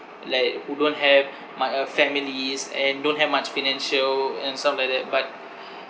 like who don't have mu~ uh families and don't have much financial and stuff like that but